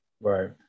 Right